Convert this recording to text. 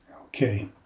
Okay